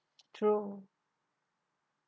true